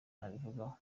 nabivugaho